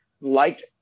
liked